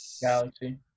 Galaxy